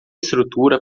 estrutura